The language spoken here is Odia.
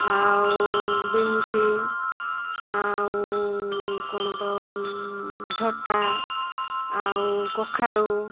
ଆଉ ବିନ୍ସ ଆଉ କଣ ତ ଝଟା ଆଉ କଖାରୁ